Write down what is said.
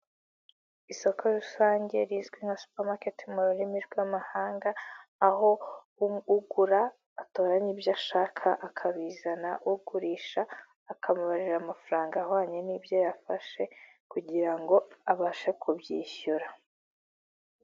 Isoko rusange rizwi nka Supa maketi mu rurimi rw'amahanga, aho ugura atoranya ibyo ashaka akabizana, ugurisha akamubarira amafaranga ahwanye n'ibyo yafashe kugira ngo abashe kubyishyura.